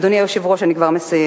אדוני היושב-ראש, אני כבר מסיימת.